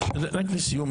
רק לסיום,